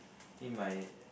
need my